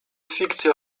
fikcja